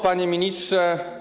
Panie Ministrze!